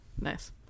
Nice